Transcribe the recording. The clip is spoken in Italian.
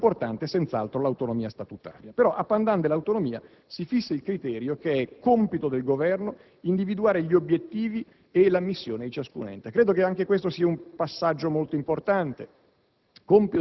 Un passaggio importante è rappresentato senz'altro dall'autonomia statutaria. Tuttavia a *pendant* dell'autonomia si fissa il criterio che è compito del Governo individuare gli obiettivi e la missione di ciascun ente. Credo che anche questo sia un passaggio molto importante;